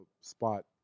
spot